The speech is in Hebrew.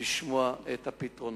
לשמוע את הפתרונות.